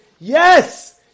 Yes